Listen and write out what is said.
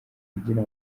kugira